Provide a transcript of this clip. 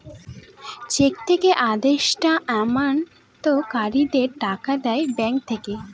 check থেকে আদেষ্টা আমানতকারীদের টাকা দেয় ব্যাঙ্ক থেকে